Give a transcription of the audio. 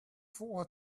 for